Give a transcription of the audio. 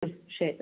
ശരി